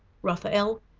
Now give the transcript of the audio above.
raphael,